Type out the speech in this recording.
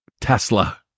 Tesla